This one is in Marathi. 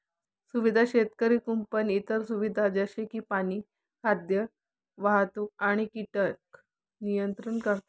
सुविधा शेतकरी कुंपण इतर सुविधा जसे की पाणी, खाद्य, वाहतूक आणि कीटक नियंत्रण करतात